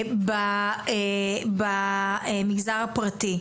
במגזר הפרטי.